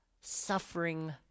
suffering